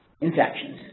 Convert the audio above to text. infections